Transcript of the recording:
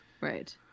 right